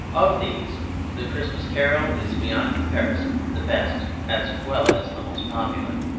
of these the christmas carol is beyond comparison the best as well as the most popular.